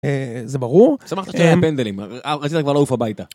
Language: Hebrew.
זה ברור? סמכת אותי על הפנדלים, רציתי כבר לעוף הביתה.